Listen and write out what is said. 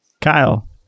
Kyle